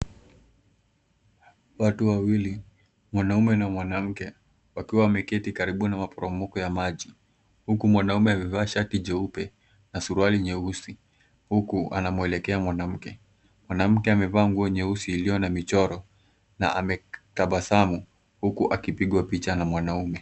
Watu wawili, mwanaume na mwanamke, wakiwa wameketi karibu na maporomoko ya maji, huku mwanaume amevaa shari jeupe na suruali nyeusi, huku anamwelekea mwanamke. Mwanamke amevaa nguo nyeusi iliyo na michoro na ametabasamu huku akipigwa picha na mwanaume.